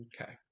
okay